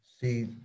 See